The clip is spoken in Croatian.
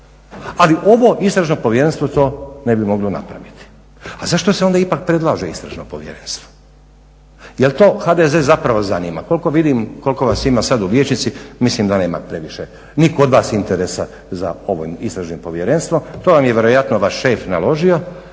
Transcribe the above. ali ovo istražno povjerenstvo to ne bi moglo napraviti. A zašto se onda ipak predlaže istražno povjerenstvo, jel to HDZ zapravo zanima, koliko vidim koliko vas ima sad u vijećnici mislim da nema previše ni kod vas interesa za ovim istražnim povjerenstvom. To vam je vjerojatno vaš šef naložio